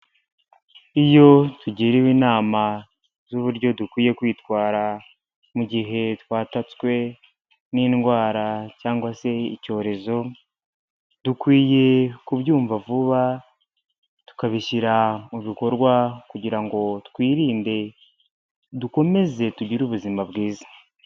Iyo tugiriwe inama z'uburyo dukwiye kwitwara mu gihe twatatswe n'indwara cyangwa se icyorezo, dukwiye kubyumva vuba tukabishyira mu bikorwa kugira ngo twirinde dukomeze tugire ubuzima bwiza.